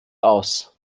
aus